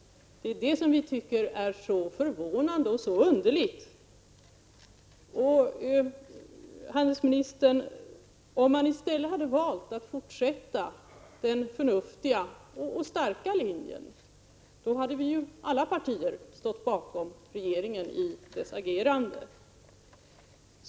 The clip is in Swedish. Det är det som är så förvånande och underligt. Om regeringen i stället hade valt att fortsätta på den förnuftiga och starka linjen hade ju alla partier stått bakom regeringen i dess agerande.